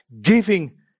giving